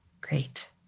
Great